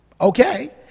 Okay